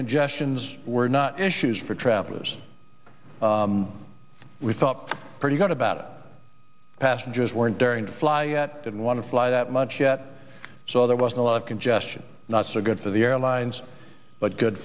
congestions were not issues for travelers we thought pretty hard about passengers weren't daring to fly didn't want to fly that much yet so there was a lot of congestion not so good for the airlines but good